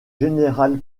général